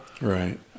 Right